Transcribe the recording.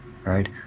right